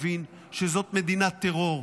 מבין שזו מדינת טרור.